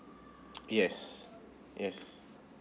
yes yes